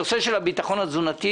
נושא הביטחון התזונתי